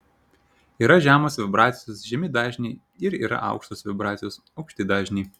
yra žemos vibracijos žemi dažniai ir yra aukštos vibracijos aukšti dažniai